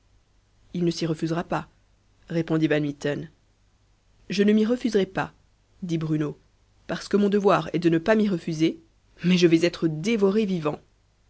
il ne s'y refusera pas répondit van mitten je ne m'y refuserai pas dit bruno parce que mon devoir est de ne pas m'y refuser mais je vais être dévoré vivant